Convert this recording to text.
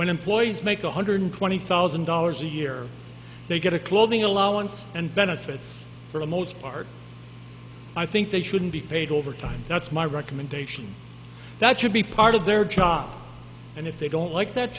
when employees make one hundred twenty thousand dollars a year they get a clothing allowance and benefits for the most part i think they shouldn't be paid overtime that's my recommendation that should be part of their job and if they don't like th